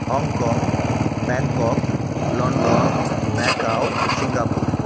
Hong Kong Bangkok London Macao Singapore